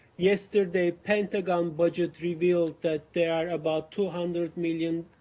yesterday, pentagon budget revealed that there are about two hundred million